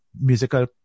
musical